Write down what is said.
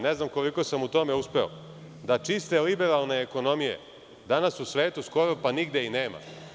Ne znam koliko sam u tome uspeo, da čiste liberalne ekonomije, danas u svetu skoro nigde nema.